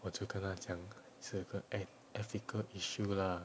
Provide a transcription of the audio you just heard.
我就跟他讲是一个 eth~ ethical issue lah